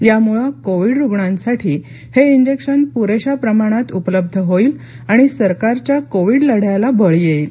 यामुळे कोविड रुग्णांसाठी हे इंजेक्शन पुरेशा प्रमाणात उपलब्ध होईल आणि सरकारच्या कोविड लढ्याला बळ येईल